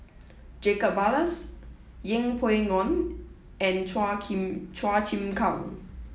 Jacob Ballas Yeng Pway Ngon and Chua Chua Chim Kang